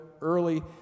early